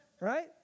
right